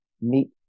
meat